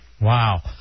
Wow